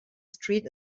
street